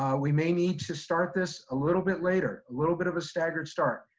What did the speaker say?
we may need to start this a little bit later, a little bit of a staggered start.